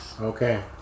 Okay